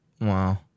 Wow